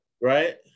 Right